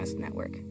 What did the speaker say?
network